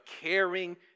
caring